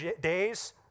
Days